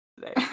today